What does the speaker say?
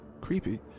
creepy